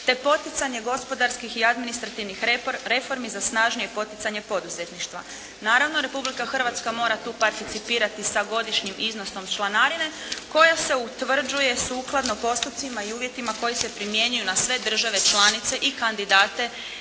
te poticanje gospodarskih i administrativnih reformi za snažnije poticanje poduzetništva. Naravno, Republika Hrvatska mora tu participirati sa godišnjim iznosom članarine koja se utvrđuje sukladno postupcima i uvjetima koji se primjenjuju na sve države članice i kandidate